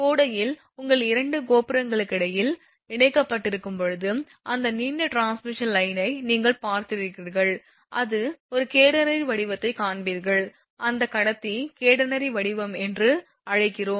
கோடையில் உங்கள் 2 கோபுரங்களுக்கிடையில் இணைக்கப்பட்டிருக்கும் போது அந்த நீண்ட டிரான்ஸ்மிஷன் லைனை நீங்கள் பார்த்திருக்கிறீர்கள் அது ஒரு கேடனரி வடிவத்தைக் காண்பீர்கள் அந்த கடத்தி கேடனரி வடிவம் என்று அழைக்கிறோம்